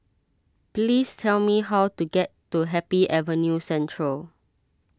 please tell me how to get to Happy Avenue Central